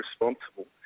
responsible